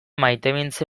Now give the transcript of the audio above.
maitemintze